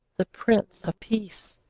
the prince of peace.